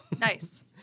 Nice